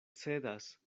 cedas